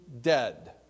dead